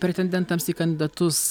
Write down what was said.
pretendentams į kandidatus